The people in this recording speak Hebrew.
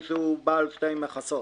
למי שהוא בעל שתי מכסות.